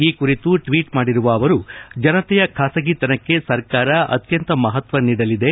ಈ ಕುರಿತು ಟ್ವೀಟ್ ಮಾಡಿರುವ ಅವರು ಜನತೆಯ ಖಾಸಗಿತನಕ್ಕೆ ಸರ್ಕಾರ ಅತ್ಯಂತ ಮಹತ್ವ ನೀಡಲಿದೆ